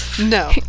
no